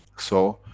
so,